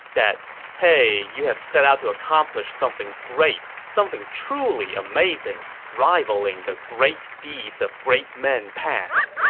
that hey, you have set out to accomplish something great, something truly amazing, rivaling the great deeds of great men past.